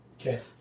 Okay